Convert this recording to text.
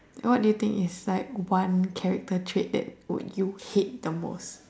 what do you think is like one character trait that would you hate the most